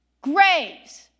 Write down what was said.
Graves